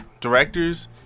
directors